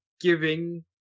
giving